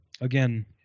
Again